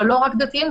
אבל לא רק דתיים,